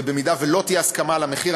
ובמקרה שלא תהיה הסכמה על המחיר,